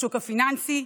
השוק הפיננסי,